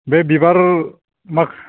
बे बिबार